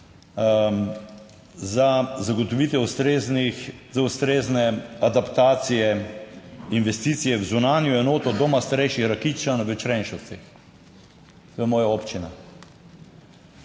Za zagotovitev ustreznih, ustrezne adaptacije investicije v zunanjo enoto Doma starejših Rakičan v Črenšovcih. To je moja občina.